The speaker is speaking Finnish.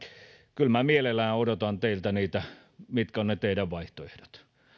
kyllä minä mielelläni odotan teiltä mitkä ovat ne teidän vaihtoehtonne